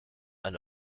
and